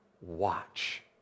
watch